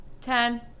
Ten